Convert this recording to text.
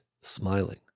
smiling